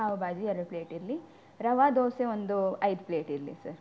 ಪಾವ್ ಭಾಜಿ ಎರಡು ಪ್ಲೇಟ್ ಇರಲಿ ರವೆ ದೋಸೆ ಒಂದು ಐದು ಪ್ಲೇಟ್ ಇರಲಿ ಸರ್